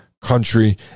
country